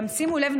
גם שימו לב,